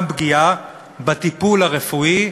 גם פגיעה בטיפול הרפואי,